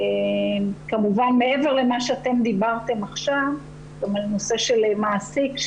כמובן מעבר למה שאתם דיברתם עכשיו בנושא של מעסיק,